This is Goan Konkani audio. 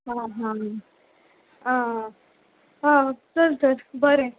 हां हां आं हां चल तर बरें